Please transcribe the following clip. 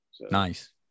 Nice